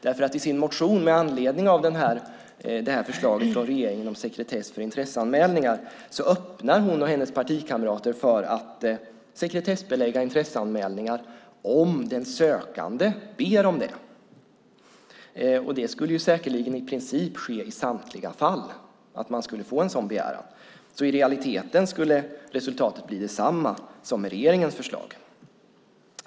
I sin motion med anledning av det här förslaget från regeringen om sekretess för intresseanmälningar öppnar hon och hennes partikamrater för att sekretessbelägga intresseanmälningar om den sökande ber om det. Man skulle säkerligen i princip få en sådan begäran i samtliga fall. I realiteten skulle resultatet bli detsamma som med regeringens förslag.